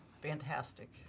Fantastic